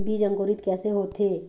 बीज अंकुरित कैसे होथे?